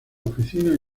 oficinas